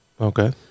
Okay